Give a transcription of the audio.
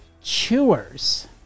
chewers